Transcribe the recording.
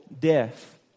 death